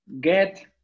get